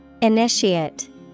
Initiate